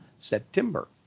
September